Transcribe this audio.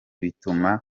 bituma